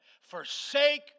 forsake